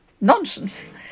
nonsense